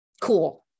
cool